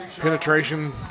penetration